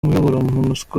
monusco